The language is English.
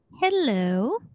Hello